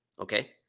okay